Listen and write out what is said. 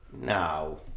no